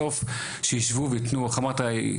איך אמרת,